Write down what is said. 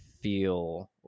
feel